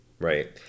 Right